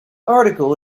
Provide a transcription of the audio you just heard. article